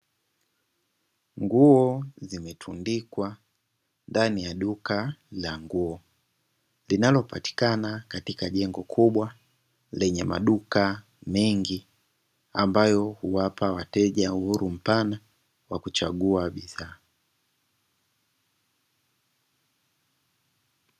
Nguo zimetundikwa ndani ya duka la nguo, linalo patikana katika jengo kubwa, lenye maduka mengi ambayo huwapa wateja uhuru mpana wa kuchagua bidhaa.